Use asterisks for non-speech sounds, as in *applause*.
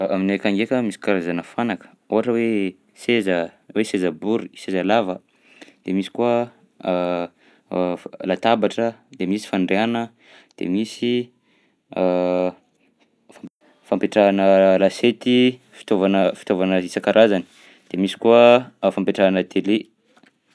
A- aminay akagny ndraika misy karazana fanaka, ohatra hoe seza, hoe seza bory seza lava; de misy koa *hesitation* *hesitation* f- latabatra de misy fandriàna, de misy *hesitation* fa- fampetrahana lasiety, fitaovana fitaovana isan-karazany; de misy koa a- fampetrahana tele.